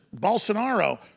Bolsonaro